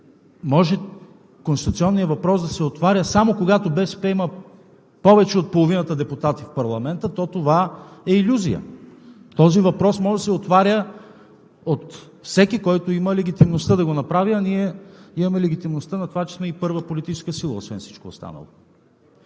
че конституционният въпрос да се отваря само когато БСП има повече от половината депутати в парламента, то това е илюзия. Този въпрос може да се отваря от всеки, който има легитимността да го направи, а ние имаме легитимността на това, че сме и първа политическа сила освен всичко останало.